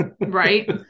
right